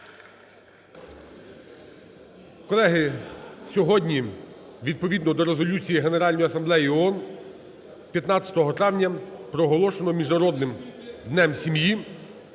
Колеги, сьогодні відповідно до Резолюції Генеральної асамблеї ООН 15 травня проголошено Міжнародним днем сім'ї.